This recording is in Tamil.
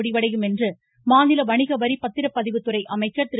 முடிவடையும் என்று மாநில வணிகவரி பத்திரப்பதிவுத்துறை அமைச்சர் திரு